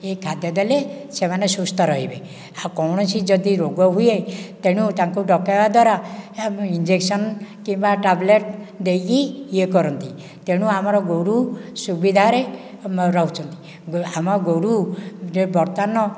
ଏହି ଖାଦ୍ୟ ଦେଲେ ସେମାନେ ସୁସ୍ଥ ରହିବେ ଆଉ କୌଣସି ଯଦି ରୋଗ ହୁଏ ତେଣୁ ତାଙ୍କୁ ଡ଼କାଇବା ଦ୍ଵାରା ଏ ଆମ ଇଞ୍ଜେକ୍ସନ୍ କିମ୍ବା ଟ୍ୟାବ୍ଲେଟ୍ ଦେଇକି ଇଏ କରନ୍ତି ତେଣୁ ଆମର ଗୋରୁ ସୁବିଧାରେ ମ ରହୁଛନ୍ତି ଆମ ଗୋରୁ ରେ ବର୍ତ୍ତମାନ